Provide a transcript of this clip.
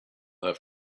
have